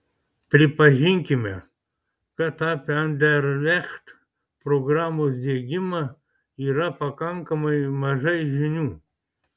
pripažinkime kad apie anderlecht programos diegimą yra pakankamai mažai žinių